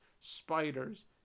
spiders